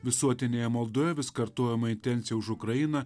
visuotinėje maldoje vis kartojama intencija už ukrainą